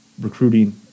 recruiting